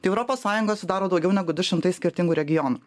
tai europos sąjungą sudaro daugiau negu du šimtai skirtingų regionų